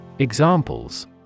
Examples